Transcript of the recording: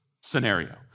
scenario